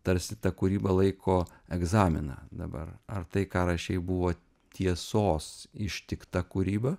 tarsi ta kūryba laiko egzaminą dabar ar tai ką rašei buvo tiesos ištikta kūryba